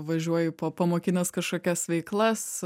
važiuoji popamokines kažkokias veiklas